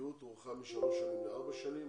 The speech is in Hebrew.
קביעות הוארכה משלוש שנים לארבע שנים,